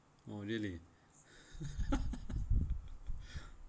oh really